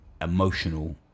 emotional